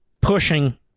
pushing